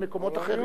זה מה שאני אומר.